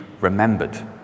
remembered